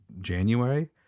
january